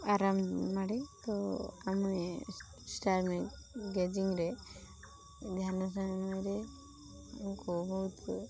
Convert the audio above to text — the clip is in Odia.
ଆରାମ ମାଡ଼େ ତ ଆମେ ଷ୍ଟାରଗେଜିଂରେ ଧ୍ୟାନ ସମୟରେ ବହୁତ